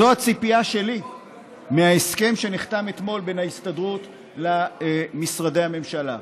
זו הציפייה שלי מההסכם שנחתם אתמול בין ההסתדרות למשרדי הממשלה.